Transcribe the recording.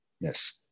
Yes